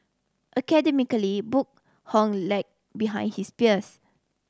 academically Boon Hock lagged behind his peers